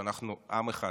שאנחנו עם אחד,